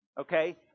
Okay